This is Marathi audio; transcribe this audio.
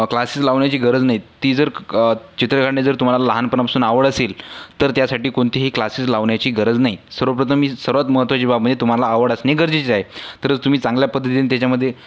क्लासेस लावण्याची गरज नाही ती जर क चित्र काढण्याची जर तुम्हाला लहानपणापासून आवड असेल तर त्यासाठी कोणतेही क्लासेस लावण्याची गरज नाही सर्वप्रथम मी सर्वात महत्त्वाची बाब म्हणजे तुम्हाला आवड असणे गरजेचं आहे तरच तुम्ही चांगल्या पद्धतीने त्याच्यामध्ये